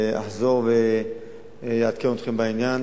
אני אחזור ואעדכן אתכם בעניין.